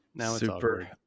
Super